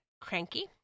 cranky